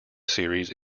series